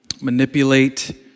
manipulate